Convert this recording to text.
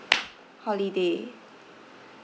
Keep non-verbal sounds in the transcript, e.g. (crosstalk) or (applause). (noise) holiday